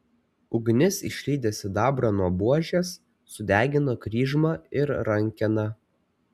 ugnis išlydė sidabrą nuo buožės sudegino kryžmą ir rankeną